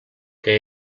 que